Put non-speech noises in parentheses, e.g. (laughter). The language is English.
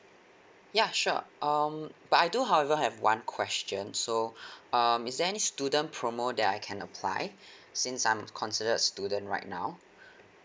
ya sure um but I do however have one question so (breath) um is there any student promo that I can apply (breath) since I'm considered a student right now